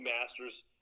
masters